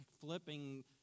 flipping